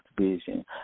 vision